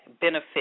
benefit